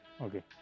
Okay